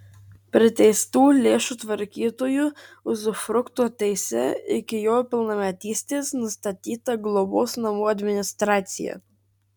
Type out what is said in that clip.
priteistų lėšų tvarkytoju uzufrukto teise iki jo pilnametystės nustatyta globos namų administracija